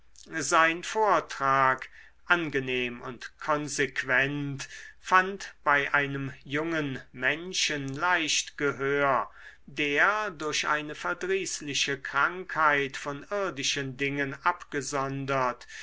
sein vortrag angenehm und konsequent fand bei einem jungen menschen leicht gehör der durch eine verdrießliche krankheit von irdischen dingen abgesondert